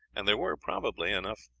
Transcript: and there were, probably enough,